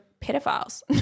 pedophiles